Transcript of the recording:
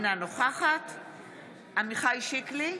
אינה נוכחת עמיחי שיקלי,